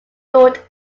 lord